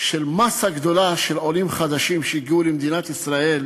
מאסה גדולה של עולים חדשים שהגיעו למדינת ישראל,